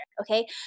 okay